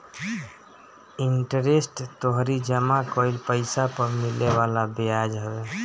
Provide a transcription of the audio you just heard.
interest तोहरी जमा कईल पईसा पअ मिले वाला बियाज हवे